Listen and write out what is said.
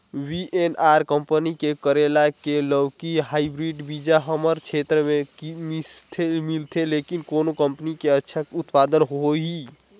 VNR company के करेला की लौकी हाईब्रिड बीजा हमर क्षेत्र मे मिलथे, लेकिन कौन कंपनी के अच्छा उत्पादन होही?